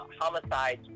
homicides